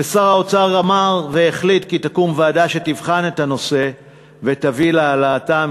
ושר האוצר החליט שתקום ועדה שתבחן את הנושא ותביא להעלאתם.